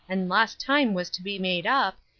and lost time was to be made up,